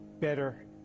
better